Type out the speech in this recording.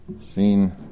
seen